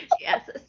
Yes